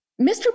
Mr